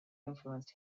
influenced